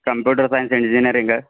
computer science engineering